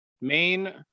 main